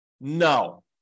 No